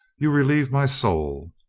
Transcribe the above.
you relieve my soul.